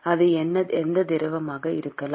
அது எந்த திரவமாக இருக்கலாம்